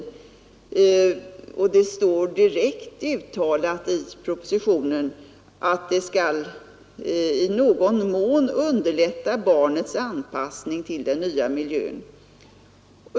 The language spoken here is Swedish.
Det står direkt uttalat i propositionen att det skall i någon mån underlätta barnens anpassning till den nya miljön.